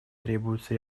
требуется